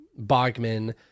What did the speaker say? Bogman